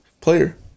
player